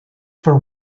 for